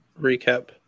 recap